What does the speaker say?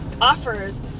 offers